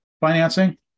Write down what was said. financing